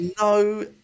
no